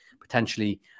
potentially